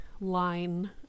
line